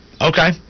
Okay